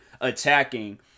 attacking